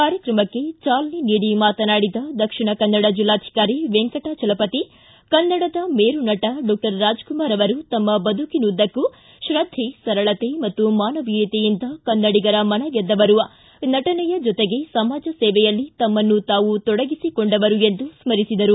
ಕಾರ್ಯಕ್ರಮಕ್ಕೆ ಚಾಲನೆ ನೀಡಿ ಮಾತನಾಡಿ ದಕ್ಷಿಣ ಕನ್ನಡ ಜಿಲ್ಲಾಧಿಕಾರಿ ವೆಂಕಟಾಚಲಪತಿ ಕನ್ನಡದ ಮೇರುನಟ ಡಾಕ್ಷರ್ ರಾಜ್ ಕುಮಾರ್ ಅವರು ತಮ್ಮ ಬದುಕಿನುದ್ದಕ್ಕೂ ಶ್ರದ್ಧೆ ಸರಳತೆ ಮತ್ತು ಮಾನವೀಯತೆಯಿಂದ ಕನ್ನಡಿಗರ ಮನಗೆದ್ದವರು ನಟನೆಯ ಜೊತೆಗೆ ಸಮಾಸೇವೆಯಲ್ಲಿ ತಮ್ಮನ್ನು ತಾವು ತೊಡಗಿಸಿಕೊಂಡವರು ಎಂದು ಸ್ಮರಿಸಿದರು